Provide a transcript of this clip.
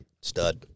Stud